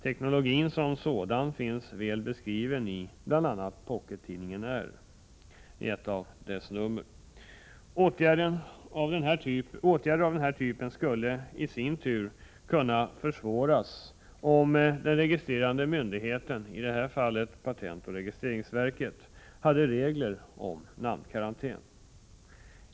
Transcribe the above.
Teknologin som sådan finns väl beskriven i bl.a. Pockettidningen R. Åtgärder av den här typen skulle i sin tur kunna försvåras om den registrerande myndigheten, i det här fallet patentoch registreringsverket, hade regler om namnkarantän.